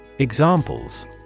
Examples